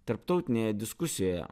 tarptautinėje diskusijoje